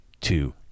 two